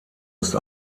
ist